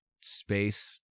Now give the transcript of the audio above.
space